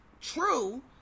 true